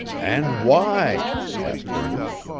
and why asked ernest.